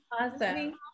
Awesome